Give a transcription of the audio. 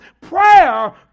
Prayer